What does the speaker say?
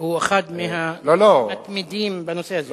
הוא אחד המתמידים בנושא הזה.